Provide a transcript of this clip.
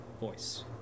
voice